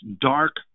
dark